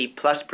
plus